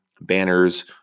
banners